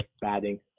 batting